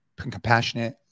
compassionate